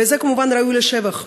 וזה כמובן ראוי לשבח,